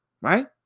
Right